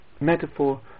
metaphor